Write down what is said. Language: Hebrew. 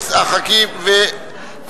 אין כאן אדם מסיעת רע"ם-תע"ל, לא תועלה להצבעה.